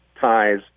ties